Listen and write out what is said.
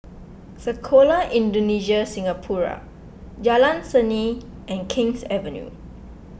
Sekolah Indonesia Singapura Jalan Seni and King's Avenue